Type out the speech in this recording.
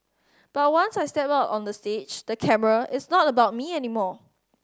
but once I step out on the stage the camera it's not about me anymore